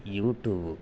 YouTube